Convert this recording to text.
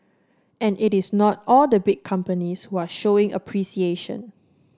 and it is not all the big companies who are showing appreciation